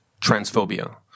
transphobia